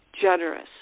generous